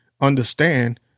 understand